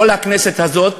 כל הכנסת הזאת